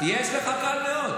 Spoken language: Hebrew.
לא, יש לך, קל מאוד.